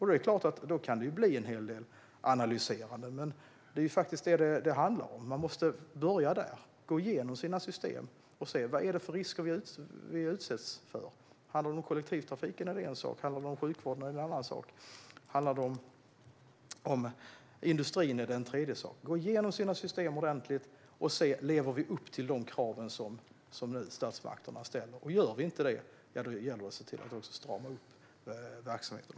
Då kan det förstås bli en hel del analyserande, men det är ju faktiskt detta det handlar om. Man måste börja där. Man måste gå igenom sina system och se vilka risker man utsätts för. Handlar det om kollektivtrafiken är det en sak, handlar det om sjukvården är det en annan, och handlar det om industrin är det en tredje sak. Man får gå igenom sina system ordentligt och se om man lever upp till de krav som statsmakterna ställer. Gör man inte det får man strama upp verksamheten.